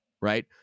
right